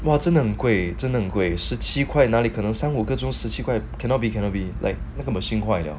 !wow! 真的很贵真的很贵十七块哪里可能三五个钟十七块 cannot be cannot be like that 那么 machine 坏了